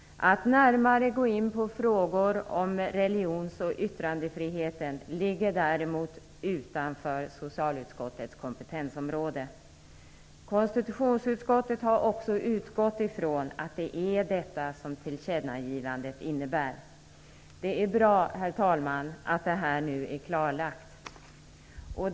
Att närmare gå in på frågor om religionsoch yttrandefriheten ligger däremot utanför socialutskottets kompetensområde. Konstitutionsutskottet har också utgått från att det är detta som tillkännagivandet innebär. Det är bra, herr talman, att det nu är klarlagt.